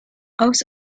aus